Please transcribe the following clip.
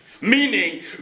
Meaning